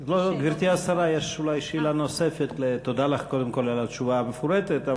תודה לך על התשובה המפורטת,